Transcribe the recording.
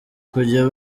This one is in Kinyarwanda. kujya